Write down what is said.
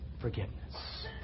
forgiveness